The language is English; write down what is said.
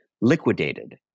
liquidated